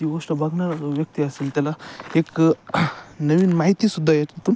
ती गोष्ट बघणारा जो व्यक्ती असतील त्याला एक नवीन माहितीसुद्धा याच्यातून